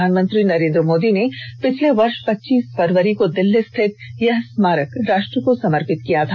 प्रधानमंत्री नरेन्द्र मोदी ने पिछले वर्ष पच्चीस फरवरी को दिल्ली स्थित यह स्मारक राष्ट्र को समर्पित किया था